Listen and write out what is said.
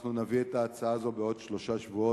אנחנו נביא את ההצעה הזו שוב בעוד שלושה שבועות